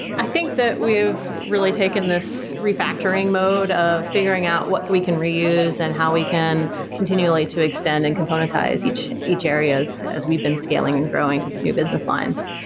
i think that we have really taken this refactoring mode of figuring out what we can reuse and how we can continually to extend and componentize each each areas as we've been scaling and growing to new business lines.